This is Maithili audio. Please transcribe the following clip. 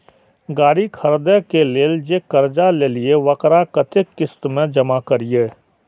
गाड़ी खरदे के लेल जे कर्जा लेलिए वकरा कतेक किस्त में जमा करिए?